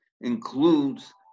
includes